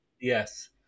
Yes